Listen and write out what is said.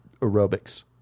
aerobics